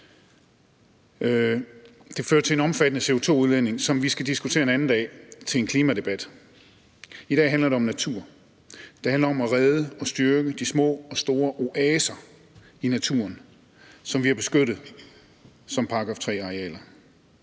Det fører til en omfattende CO2-udledning, som vi skal diskutere en anden dag ved en klimadebat, for i dag handler det om natur. Det handler om at redde og styrke de små og store oaser i naturen, som vi har beskyttet som § 3-arealer.